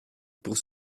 pour